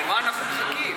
למה אנחנו מחכים?